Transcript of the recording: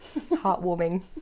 heartwarming